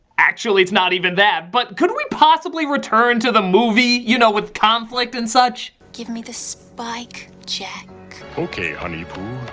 actually, it's not even that, but could we possibly return to the movie? you know with conflict and such? give me the spike, jack. okay, honeypoo.